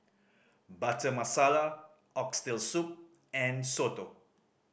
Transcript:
Butter Masala Oxtail Soup and soto